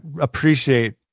appreciate